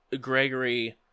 Gregory